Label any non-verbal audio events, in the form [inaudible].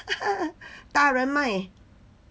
[laughs] 大人麦